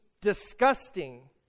disgusting